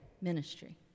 ministry